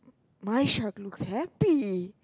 mine shark looks happy